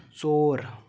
ژور